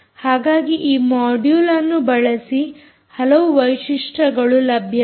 ಹಾಗಾಗಿ ಈ ಮೊಡ್ಯುಲ್ ಅನ್ನು ಬಳಸಿ ಹಲವು ವೈಶಿಷ್ಟ್ಯಗಳು ಲಭ್ಯವಿದೆ